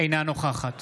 אינה נוכחת